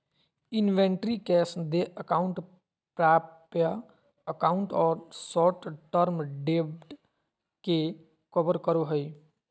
inventory cash देय account प्राप्य account और शॉर्ट टर्म डेब्ट के कवर करो हइ